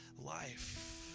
life